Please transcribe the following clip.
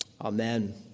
Amen